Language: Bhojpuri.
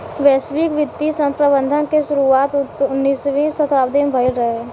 वैश्विक वित्तीय प्रबंधन के शुरुआत उन्नीसवीं शताब्दी में भईल रहे